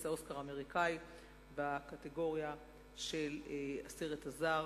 האוסקר האמריקני בקטגוריה של הסרט הזר,